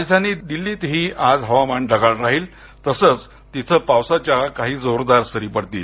राजधानी दिल्लीतही आज हवामान ढगाळ राहील तसच तिथं पावसाच्या काही जोरदार सरी पडतील